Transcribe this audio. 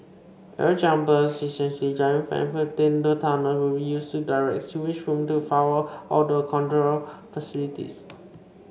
air jumper essentially giant fans within the tunnel will be used to direct sewage fumes to four odour control facilities